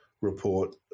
report